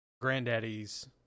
granddaddy's